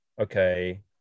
okay